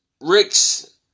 Rick's